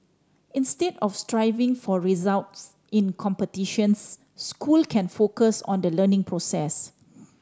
instead of striving for results in competitions school can focus on the learning process